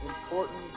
important